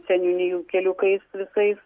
seniūnijų keliukais visais